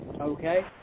Okay